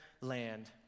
land